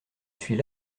suis